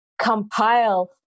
compile